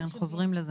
כן, חוזרים לזה.